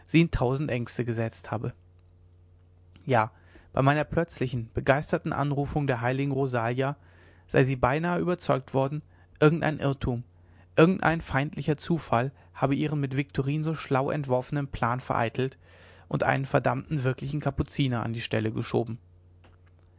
ängsten gesetzt habe ja bei meiner plötzlichen begeisterten anrufung der heiligen rosalia sei sie beinahe überzeugt worden irgendein irrtum irgendein feindlicher zufall habe ihren mit viktorin so schlau entworfenen plan vereitelt und einen verdammten wirklichen kapuziner an die stelle geschoben